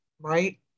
right